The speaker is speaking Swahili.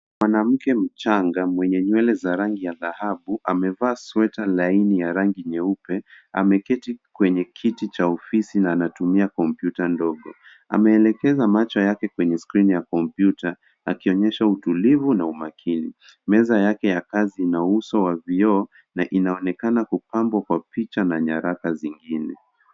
Mwanamke mchanga mwenye nywele za rangi ya dhahabu amevaa sweta laini ya rangi nyeupe ameketi kwenye kiti cha ofisi na anatumia kompyuta ndogo. Ameelekeza macho yake kwenye skrini ya kompyuta akionyesha utulivu na umakini. Meza yake ya kazi ina uso wa vioo na inaonekana kupambwa kwa picha na nyaraka zingine.